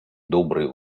доброй